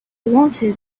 wanted